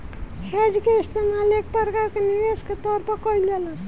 hedge के इस्तेमाल एक प्रकार के निवेश के तौर पर कईल जाला